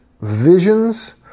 visions